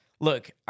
Look